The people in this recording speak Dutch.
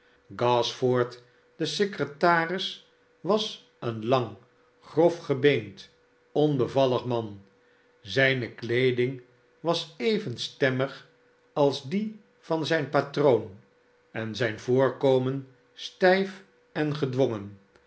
gashford de secretaris was een lang grofgebeend onbevallig man zijne kleeding was even stemmig als die van zijn patroon en zijn voorkomen stiff en gedwongen